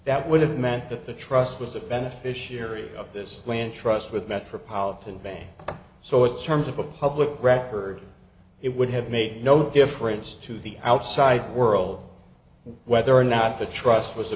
that would have meant that the trust was a beneficiary of this land trust with metropolitan bank so it terms of a public record it would have made no difference to the outside world whether or not the trust was the